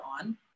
on